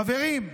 חברים,